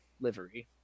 livery